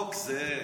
החוק זה הם.